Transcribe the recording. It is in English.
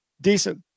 decent